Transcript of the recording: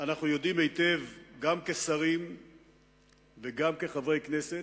אנחנו יודעים היטב, גם כשרים וגם כחברי הכנסת,